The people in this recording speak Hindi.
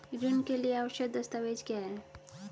ऋण के लिए आवश्यक दस्तावेज क्या हैं?